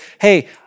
hey